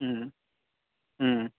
Om Om